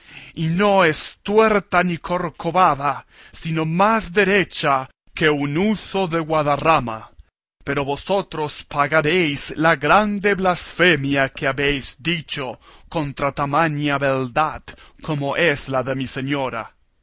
y no es tuerta ni corcovada sino más derecha que un huso de guadarrama pero vosotros pagaréis la grande blasfemia que habéis dicho contra tamaña beldad como es la de mi señora